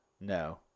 no